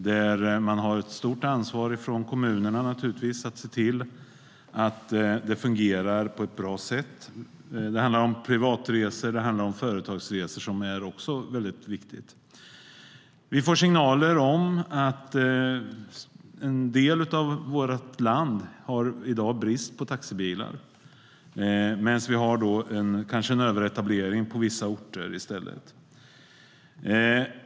Det finns ett stort ansvar för kommunerna att se till att de fungerar på ett bra sätt. Det handlar vidare om privatresor och företagsresor. Vi får signaler om att det i vissa delar av vårt land råder brist på taxibilar medan det i stället råder en överetablering på vissa andra orter.